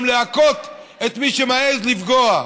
גם להכות את מי שמעז לפגוע.